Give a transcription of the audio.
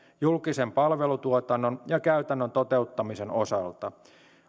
julkisen palvelutuotannon ja käytännön toteuttamisen osalta